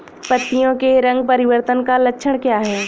पत्तियों के रंग परिवर्तन का लक्षण क्या है?